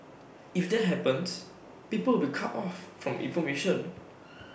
if that happens people will cut off from information